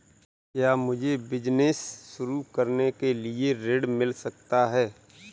क्या मुझे बिजनेस शुरू करने के लिए ऋण मिल सकता है?